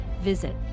visit